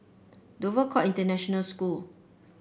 Dover Court International School